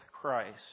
Christ